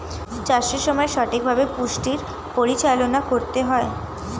চাষের সময় সঠিকভাবে পুষ্টির পরিচালনা করতে হয়